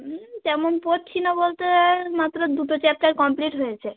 তেমন পড়ছি না বলতে মাত্র দুটো চ্যাপ্টার কমপ্লিট হয়েছে